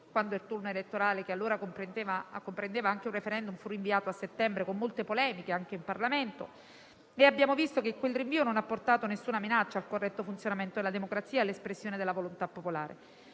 quando il turno elettorale - allora comprendeva anche un *referendum* - fu rinviato a settembre, con molte polemiche, anche in Parlamento. E abbiamo visto che quel rinvio non ha portato alcuna minaccia al corretto funzionamento della democrazia e all'espressione della volontà popolare.